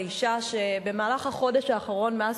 מאה אחוז.